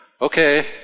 Okay